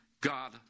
God